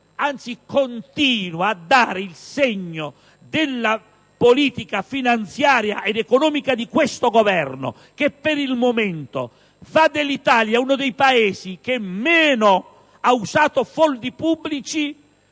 è la continuità della politica finanziaria ed economica di questo Governo che, per il momento, fa dell'Italia uno dei Paesi che meno ha usato fondi pubblici